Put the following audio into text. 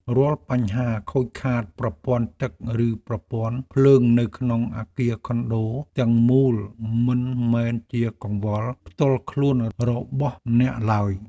រាល់បញ្ហាខូចខាតប្រព័ន្ធទឹកឬប្រព័ន្ធភ្លើងនៅក្នុងអគារខុនដូទាំងមូលមិនមែនជាកង្វល់ផ្ទាល់ខ្លួនរបស់អ្នកឡើយ។